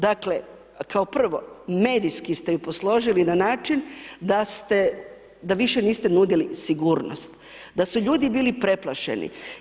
Dakle, kao prvo medijski ste ju posložili na način da ste, da više niste nudili sigurnost, da su ljudi bili preplašeni.